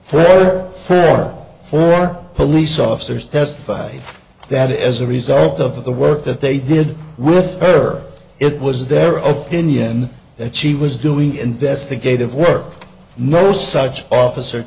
for for four police officers testified that as a result of the work that they did with her it was their opinion that she was doing investigative work no such officer